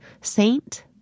saint